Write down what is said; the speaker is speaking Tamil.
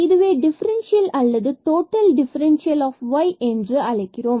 இதுவே டிஃபரண்சியல் அல்லது டோட்டல் டிஃபரண்சியல் of y என்று அழைக்கிறோம்